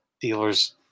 dealers